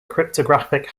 cryptographic